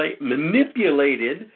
manipulated